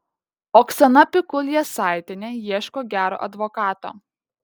oksana pikul jasaitienė ieško gero advokato